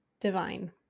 divine